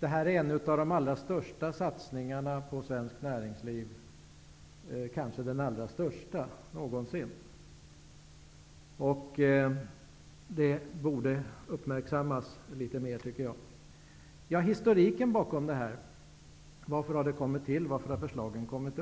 Detta är en av de allra största satsningarna på svenskt näringsliv, kanske den allra största någonsin. Det borde uppmärksammas litet mer. Historiken bakom att detta förslag har framkommit